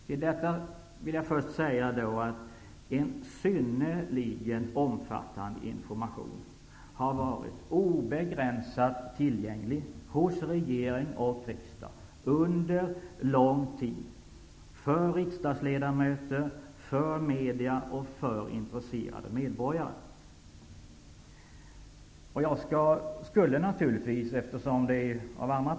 Till detta vill jag säga att en synnerligen omfattande information för riksdagsledamöter, media och intresserade medborgare under lång tid har varit obegränsat tillgänglig hos regering och riksdag. Från andra partier har vid andra tillfällen visats material.